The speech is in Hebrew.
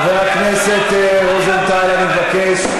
חבר הכנסת רוזנטל, אני מבקש.